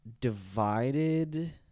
divided